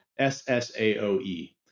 SSAOE